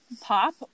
pop